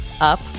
up